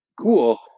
cool